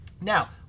Now